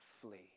flee